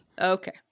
Okay